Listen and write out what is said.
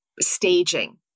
staging